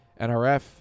NRF